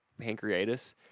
pancreatitis